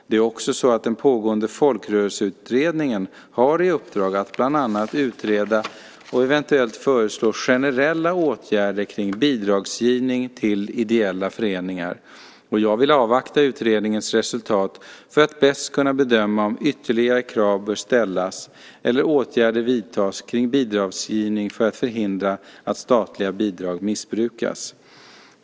Det är också så att den pågående folkrörelseutredningen har i uppdrag att bland annat utreda och eventuellt föreslå generella åtgärder kring bidragsgivning till ideella föreningar och jag vill avvakta utredningens resultat för att bäst kunna bedöma om ytterligare krav bör ställas eller åtgärder vidtas kring bidragsgivning för att förhindra att statliga bidrag missbrukas.